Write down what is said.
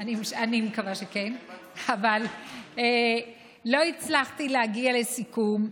אני מקווה שכן, אבל לא הצלחתי להגיע לסיכום.